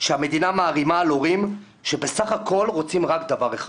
שהמדינה מערימה על הורים שבסך הכול רוצים רק דבר אחד: